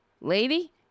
lady